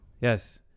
Yes